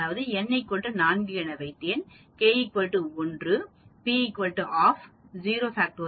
நான் n 4 ஐ வைத்தேன் ஆனால் நான் k 1 ஐ வைக்கிறேன் இந்த எல்லா நிகழ்வுகளிலும் p ½ ஆக இருக்கும் 0